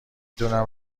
دونم